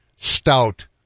stout